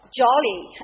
jolly